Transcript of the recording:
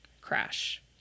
crash